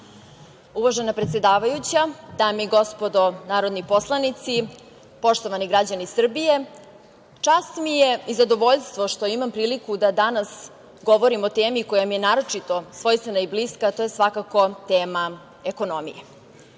Uvažena predsedavajuća, dame i gospodo narodni poslanici, poštovani građani Srbije, čast mi je i zadovoljstvo što imam priliku da danas govorim o temi koja mi je naročito svojstvena i bliska, to je svakako tema ekonomije. Pred